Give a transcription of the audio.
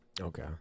Okay